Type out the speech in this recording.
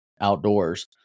outdoors